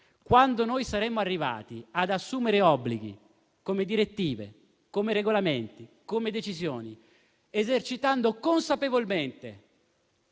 Quando saremo arrivati ad assumere obblighi come direttive, regolamenti e decisioni, esercitando consapevolmente